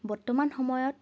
বৰ্তমান সময়ত